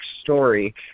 story